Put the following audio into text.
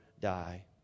die